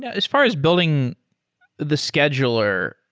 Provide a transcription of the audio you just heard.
yeah as far as building the scheduler,